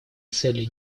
цели